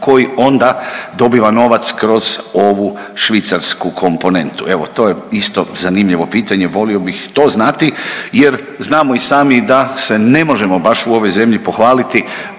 koji onda dobiva novac kroz ovu švicarsku komponentu. Evo to je isto zanimljivo pitanje, volio bih to znati jer znamo i sami da se ne možemo baš u ovoj zemlji pohvaliti